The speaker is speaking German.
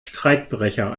streikbrecher